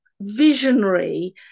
visionary